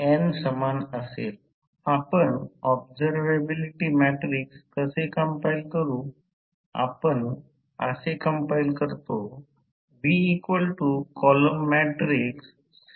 त्याचप्रमाणे मागे असणाऱ्या पावर फॅक्टर भार एकल पावर फॅक्टर साठी लागणारी पावर फॅक्टर भार मागे पडण्यासाठी आहे याचा अर्थ चालू लागणारी पावर फॅक्टर भार म्हणजे चालू आहे